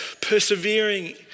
persevering